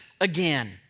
again